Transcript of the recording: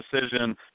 decision